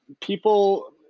people